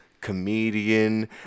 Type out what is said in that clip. comedian